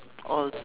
oh